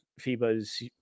FIBA's